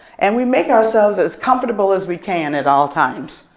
and we make ourselves as comfortable as we can at all times.